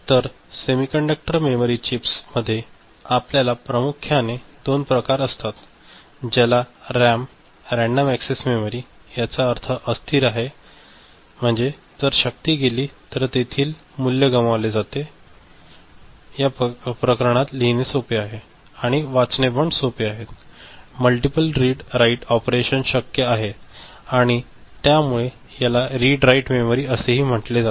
तर semiconductor memory चिप्समध्ये आपल्याकडे प्रामुख्याने दोन प्रकार असतात ज्याला रॅम म्हणतात रँडम एक्सेस मेमरी याचा अर्थ अस्थिर आहे जर शक्ती गेली तर तेथील मूल्य गमावले जाते प्रकारात लिहिणे सोपे आहे आणि वाचणे सोपे आहे मल्टीपल रीड आणि राइट ऑपरेशन शक्य आहे आणि त्या मुळे याला रिड राइट मेमरी असेही म्हटले जाते